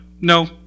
No